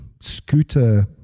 scooter